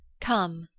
come